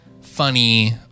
funny